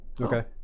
Okay